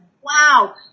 wow